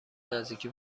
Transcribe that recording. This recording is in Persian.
نزدیکی